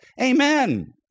Amen